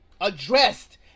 addressed